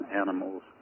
animals